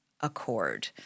accord